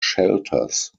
shelters